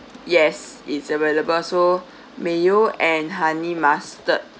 yes it's available so mayo and honey mustard